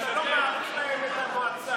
למה אתה מחכה?